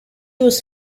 was